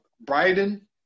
Bryden